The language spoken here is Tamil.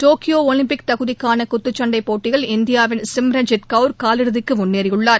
டோக்கியோஒலிம்பிக் தகுதிக்கானகுத்துச்சண்டைபோட்டியில் இந்தியாவின் சிம்ரன்ஜித்கவுர் காலிறுதிக்குமுன்னேறியுள்ளார்